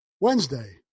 Wednesday